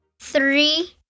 Three